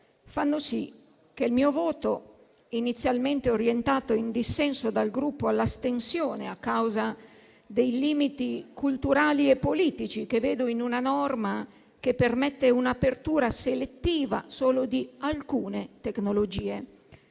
fanno sì che il mio voto, inizialmente orientato all'astensione, in dissenso dal Gruppo, a causa dei limiti culturali e politici che vedo in una norma che permette un'apertura selettiva solo ad alcune tecnologie